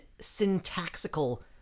syntactical